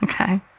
Okay